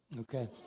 Okay